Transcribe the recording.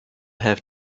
have